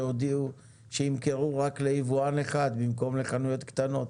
שהודיעו שימכרו רק ליבואן אחד במקום לחנויות קטנות.